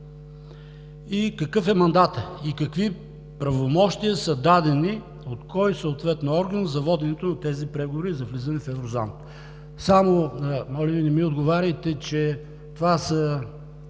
Какъв е мандатът и какви правомощия са дадени от съответния орган за водене на преговори за влизане в Еврозоната? Моля Ви, не ми отговаряйте, че това са